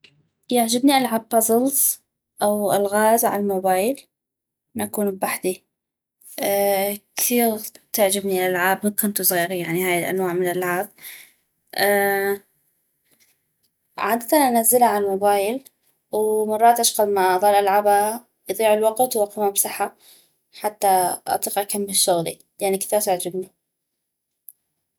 يعجبني العب بزلز او الغاز علموبايل اكون بحدي كثيغ تعجبني الالعاب من كنتو زغيغي يعني هاي الأنواع من اللعب عادةً انزلا عل موبايل ومرات اشقد ما اظل العبها يضيع الوقت واقوم امسحها حتى اطيق اكمل شغلي لان كثيغ تعجبني